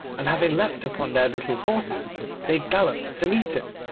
and having leapt upon their little horses they galloped to meet it.